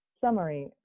summary